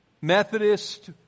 Methodist